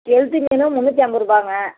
கெளுத்தி மீன் முந்நூற்றி ஐம்பதுருபாங்க